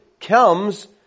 comes